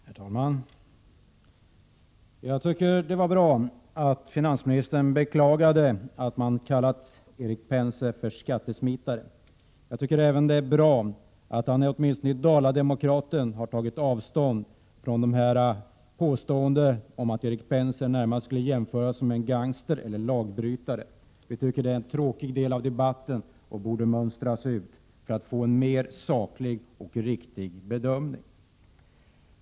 Herr talman! Jag tycker att det var bra att finansministern beklagade att man har kallat Erik Penser för skattesmitare. Det är också bra att finansministern, åtminstone i Dala-Demokraten, har tagit avstånd ifrån påståendena om att Erik Penser närmast är att betrakta som gangster eller lagbrytare. Det där har varit en tråkig del av debatten som behövde mönstras ut för att man skall kunna göra en mera saklig och riktig bedömning.